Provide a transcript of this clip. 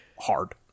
hard